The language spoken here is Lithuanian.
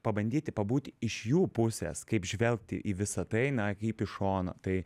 pabandyti pabūt iš jų pusės kaip žvelgti į visa tai na kaip iš šono tai